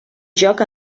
joc